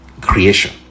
creation